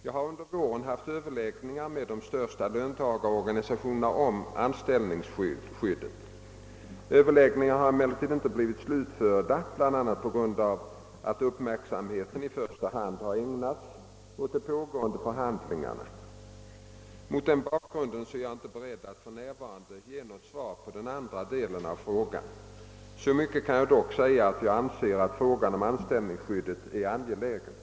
Jag har under våren haft överläggningar med de största löntagarorganisationerna om anställningsskyddet. Överläggningarna har emellertid inte än blivit slutförda, bl.a. på grund av att uppmärksamheten i första hand har fått ägnas åt de pågående avtalsförhandlingarna. Mot denna bakgrund är jag inte beredd att för närvarande ge något svar på den andra delen av frågan. Så mycket kan jag dock säga att jag anser att frågan om anställningsskyddet är angelägen.